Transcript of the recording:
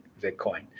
Bitcoin